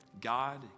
God